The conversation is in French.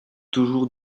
toujours